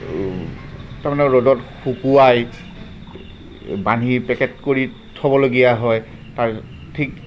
আৰু তাৰমানে ৰ'দত শুকোৱাই বান্ধি পেকেট কৰি থ'বলগীয়া হয় তাৰ ঠিক